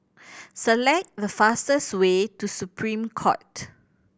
select the fastest way to Supreme Court